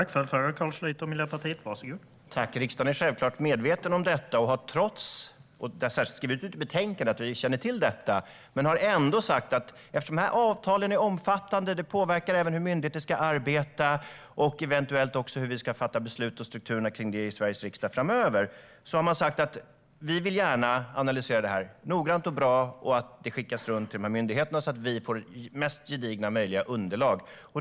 Herr talman! Riksdagen är självklart medveten om detta, och det har särskilt skrivits i betänkandet att vi känner till det. Men riksdagen har ändå sagt, eftersom dessa avtal är omfattande och även påverkar hur myndigheter ska arbeta och eventuellt också hur vi ska fatta beslut och strukturerna kring det i Sveriges riksdag framöver, att vi gärna vill analysera detta noggrant och bra och att vi vill att det skickas runt till dessa myndigheter så att vi får ett så gediget underlag som möjligt.